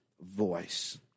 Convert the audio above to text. voice